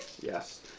Yes